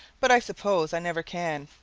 but i suppose i never can.